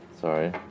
Sorry